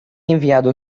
enviado